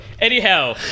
Anyhow